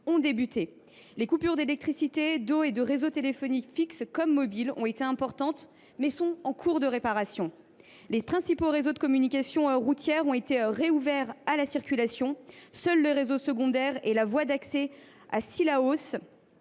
a débuté. Les coupures d’électricité, d’eau et de réseaux téléphoniques fixes comme mobiles ont été importantes, mais sont en cours de réparation. Les principaux réseaux routiers ont été rouverts à la circulation. Seuls les réseaux secondaires et la voie d’accès à Cilaos